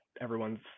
everyone's